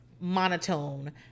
monotone